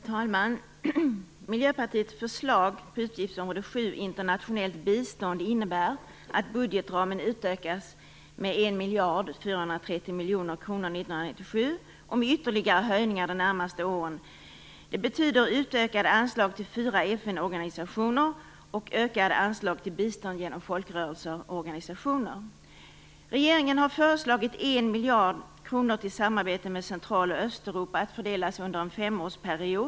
Herr talman! Miljöpartiets förslag på utgiftsområde 7 - internationellt bistånd - innebär att budgetramen utökas med 1 430 miljoner kronor 1997 och att den utökas ytterligare de närmaste åren. Det betyder utökade anslag till fyra FN-organisationer och ökade anslag till bistånd genom folkrörelser och organisationer. Regeringen har föreslagit 1 miljard kronor till samarbete med Central och Östeuropa att fördelas under en femårsperiod.